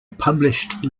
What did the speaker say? published